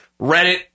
Reddit